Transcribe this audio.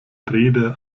rede